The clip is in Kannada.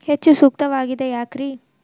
ಹೆಚ್ಚು ಸೂಕ್ತವಾಗಿದೆ ಯಾಕ್ರಿ?